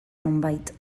nonbait